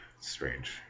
strange